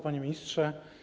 Panie Ministrze!